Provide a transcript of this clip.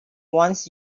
wants